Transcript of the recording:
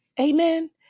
Amen